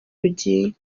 rugiye